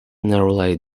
nearly